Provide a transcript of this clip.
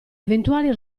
eventuali